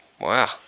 Wow